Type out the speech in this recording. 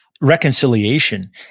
reconciliation